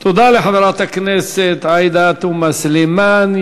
לחברת הכנסת עאידה תומא סלימאן.